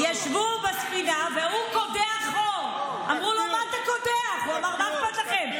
תודה רבה, חברת הכנסת קטי